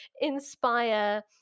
inspire